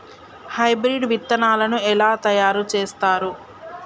Hybrid విత్తనాలను ఎలా తయారు చేస్తారు?